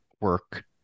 work